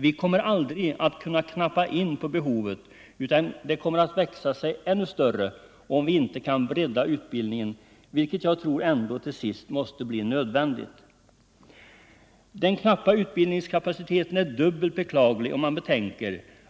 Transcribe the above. Vi kommer aldrig att Om en breddad kunna knappa in på behovet, utan det kommer att växa sig ännu större = utbildning av om vi inte kan bredda utbildningen, vilket jag tror ändå till sist blir — sjukgymnaster nödvändigt. Den knappa utbildningskapaciteten är dubbelt beklaglig